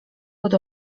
pod